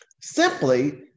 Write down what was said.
simply